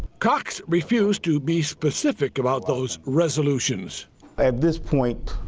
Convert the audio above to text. cox refuse to be specific about those resolutions at this point.